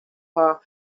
her